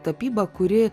tapyba kuri